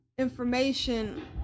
information